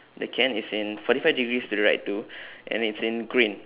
the can is in forty five degrees to the right too and then it's in green